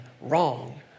wrong